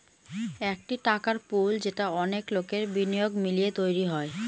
একটি টাকার পুল যেটা অনেক লোকের বিনিয়োগ মিলিয়ে তৈরী হয়